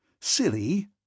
Silly